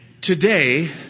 Today